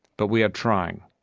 but we are trying.